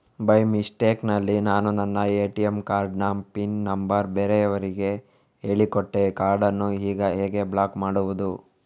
By mistake ನಲ್ಲಿ ನಾನು ನನ್ನ ಎ.ಟಿ.ಎಂ ಕಾರ್ಡ್ ನ ಪಿನ್ ನಂಬರ್ ಬೇರೆಯವರಿಗೆ ಹೇಳಿಕೊಟ್ಟೆ ಕಾರ್ಡನ್ನು ಈಗ ಹೇಗೆ ಬ್ಲಾಕ್ ಮಾಡುವುದು?